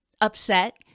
upset